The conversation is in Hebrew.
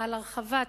על הרחבת